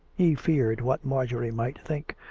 he feared what marjorie might think,